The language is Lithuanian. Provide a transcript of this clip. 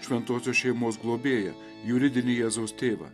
šventosios šeimos globėją juridinį jėzaus tėvą